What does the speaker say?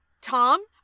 Tom